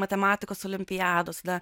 matematikos olimpiados tada